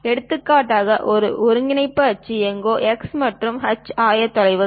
எடுத்துக்காட்டாக இது ஒருங்கிணைப்பு அச்சு எங்கோ x மற்றும் h ஆயத்தொலைவுகள்